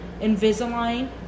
Invisalign